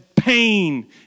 Pain